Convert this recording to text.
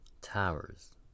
Towers